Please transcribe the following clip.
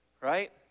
Right